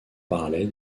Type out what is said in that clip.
parallèle